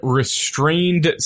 restrained